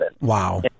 Wow